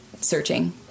searching